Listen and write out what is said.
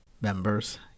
members